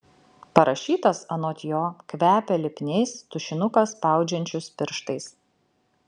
parašytas anot jo kvepia lipniais tušinuką spaudžiančius pirštais